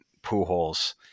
Pujols